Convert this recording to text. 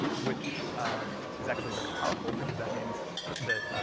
which is actually very powerful, because that means that